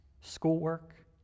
schoolwork